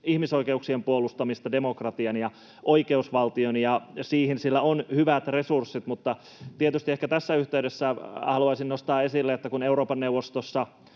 ihmisoikeuksien, demokratian ja oikeusvaltion puolustamista. Siihen sillä on hyvät resurssit. Mutta tietysti ehkä tässä yhteydessä haluaisin nostaa esille, että Euroopan neuvostossa